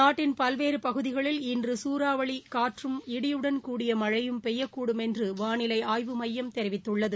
நாட்டின் பல்வேறு பகுதிகளில் இன்று சூறாவளி காற்றும் இடியுடன் கூடிய மழை பெய்யக் கூடும் என்று வானிலை ஆய்வு மையம் தெரிவித்துள்ளது